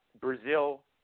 Brazil –